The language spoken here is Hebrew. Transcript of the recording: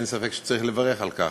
אין ספק שצריך לברך על כך.